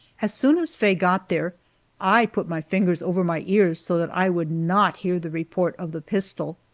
as soon as faye got there i put my fingers over my ears so that i would not hear the report of the pistol.